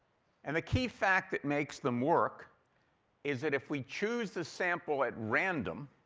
and the key fact that makes them work is that if we choose the sample at random,